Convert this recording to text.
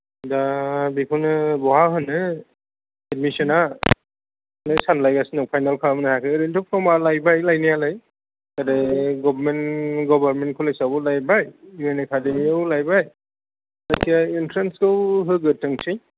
दा बेखौनो बहा होनो एडमिशन आ बेखौनो सानलायगासिनो दं फाइनाल खालामनो हायाखै ओरैनोथ' फर्म आ लाइबाय लायनायालाय ओरै गर्बमेन कलेज आवबो लाइबाय इउ एन एकादेमी आवबो लाइबाय जाइखिया इन्ट्रेनसखौ होगोरथोंसै